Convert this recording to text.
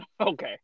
Okay